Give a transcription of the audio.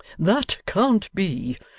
that can't be.